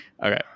okay